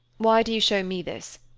why do you show me this?